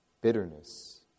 bitterness